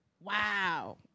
wow